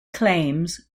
claims